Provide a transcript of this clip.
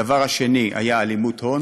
הדבר השני היה הלימות הון,